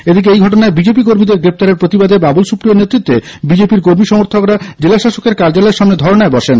এদিকে এই ঘটনায় বিজেপি কর্মীদের গ্রেফতারের প্রতিবাদে বাবুল সুপ্রিয়র নেতৃত্বে বিজেপি র কর্মী সমর্থকরা জেলা শাসকের কার্যালয়ের সামনে ধর্নায় বলেন